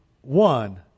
one